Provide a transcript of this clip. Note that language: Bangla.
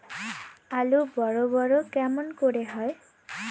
আলু বড় বড় কেমন করে হয়?